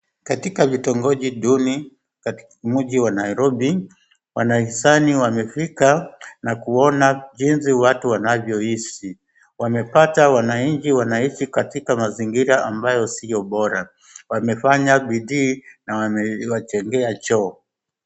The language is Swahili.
katika vitongoji duni mji wa Nairobi wanahisani wamefika na kuona jinsi watu wanavyoishi. Wamepata wananchi wanaishi katika mazingira ambayo sio bora. Wamefanya bidii na wamewajengea choo.